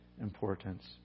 importance